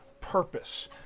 purpose